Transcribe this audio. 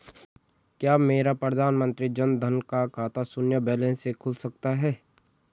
क्या मेरा प्रधानमंत्री जन धन का खाता शून्य बैलेंस से खुल सकता है?